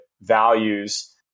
values